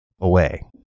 away